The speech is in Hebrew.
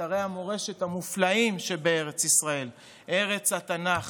אתרי המורשת המופלאים שבארץ ישראל, ארץ התנ"ך,